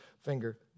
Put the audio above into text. finger